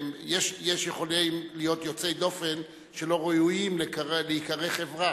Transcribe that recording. יכולים להיות יוצאי דופן שלא ראויים להיקרא חברה,